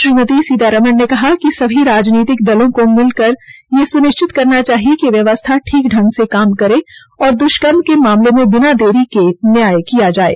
श्रीमती सीतारमण ने कहा कि सभी राजनीतिक दलों को मिलकर ये सुनिश्चित करना चाहिए कि व्यवस्था ठीक ढंग से काम करे और दुष्कर्म के मामले में बिना देरी किए न्याय किया जाये